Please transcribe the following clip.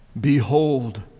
Behold